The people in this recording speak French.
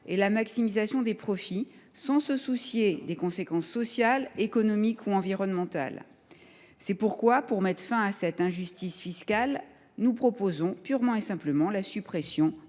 et la maximisation des profits, qui ne se soucie pas des conséquences sociales, économiques et environnementales. Pour mettre fin à cette injustice fiscale, nous proposons donc purement et simplement de supprimer